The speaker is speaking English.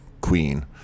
queen